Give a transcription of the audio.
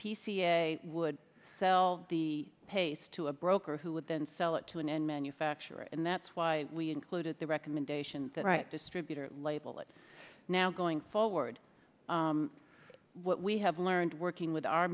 p c a would sell the paste to a broker who would then sell it to an end manufacturer and that's why we included the recommendation the right distributor label it now going forward what we have learned working with our